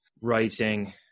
writing